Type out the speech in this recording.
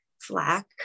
flack